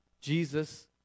Jesus